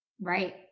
Right